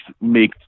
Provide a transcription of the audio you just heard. make